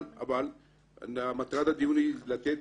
אבל מטרת הדיון היא לתת